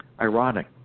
ironic